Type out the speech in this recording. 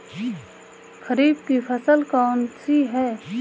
खरीफ की फसल कौन सी है?